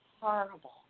Horrible